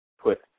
put